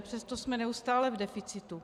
Přesto jsme neustále v deficitu.